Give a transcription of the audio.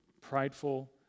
prideful